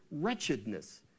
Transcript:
wretchedness